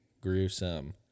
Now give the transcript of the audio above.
gruesome